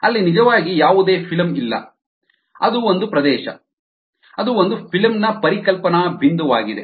ಅಲ್ಲಿ ನಿಜವಾಗಿ ಯಾವುದೇ ಫಿಲ್ಮ್ ಇಲ್ಲ ಅದು ಒಂದು ಪ್ರದೇಶ ಅದು ಒಂದು ಫಿಲ್ಮ್ ನ ಪರಿಕಲ್ಪನಾ ಬಿಂದುವಾಗಿದೆ